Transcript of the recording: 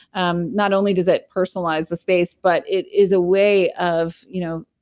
um not only does it personalize the space, but it is a way of you know